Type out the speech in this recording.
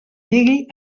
mêler